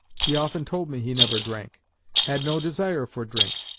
he often told me he never drank had no desire for drink,